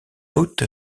août